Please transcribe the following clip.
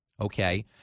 okay